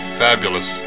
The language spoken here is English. fabulous